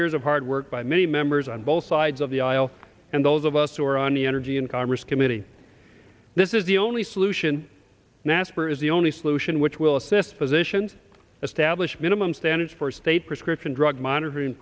years of hard work by many members on both sides of the aisle and those of us who are on the energy and commerce committee this is the only solution naspers the only solution which will assist physicians establish minimum standards for state prescription drug monitoring